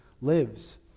lives